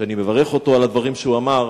שאני מברך אותו על הדברים שהוא אמר,